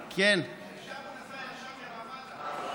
משם הוא נסע ישר לרמאללה.